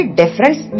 difference